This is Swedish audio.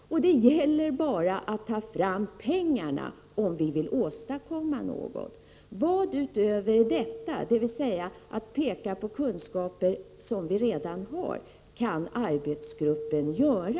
Vad det handlar om är alltså att ta fram pengar om vi vill åstadkomma något. Vad utöver detta, dvs. att peka på sådant som vi redan har kunskap om, kan arbetsgruppen göra?